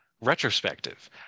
retrospective